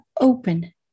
open